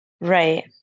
Right